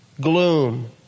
gloom